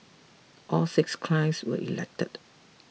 all six clients were elected